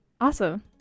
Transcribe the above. Awesome